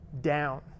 Down